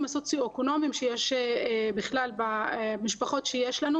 הסוציו-אקונומיים שיש במשפחות שיש לנו.